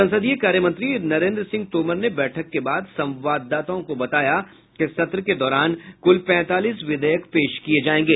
संसदीय कार्यमंत्री नरेंद्र सिंह तोमर ने बैठक के बाद संवाददाताओं को बताया कि सत्र के दौरान कुल पैंतालीस विधेयक पेश किए जाएंगे